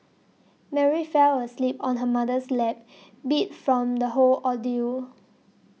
Mary fell asleep on her mother's lap beat from the whole ordeal